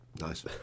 Nice